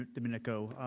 domenico.